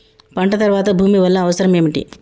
పంట తర్వాత భూమి వల్ల అవసరం ఏమిటి?